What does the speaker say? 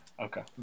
Okay